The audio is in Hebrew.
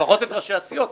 לפחות את ראשי הסיעות.